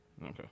Okay